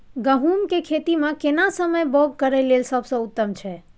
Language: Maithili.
गहूम के खेती मे केना समय बौग करय लेल सबसे उत्तम छै?